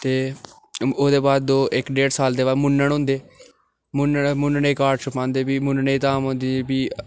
ते ओह्दे बाद दौ इक्क डेढ़ साल बाद मूनन होंदे मूननै दे कार्ड छपांदे प्ही मूननें दी धाम होंदी प्ही